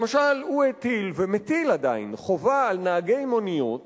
למשל הוא הטיל, ומטיל עדיין, חובה על נהגי מוניות